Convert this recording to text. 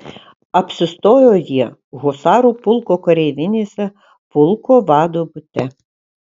apsistojo jie husarų pulko kareivinėse pulko vado bute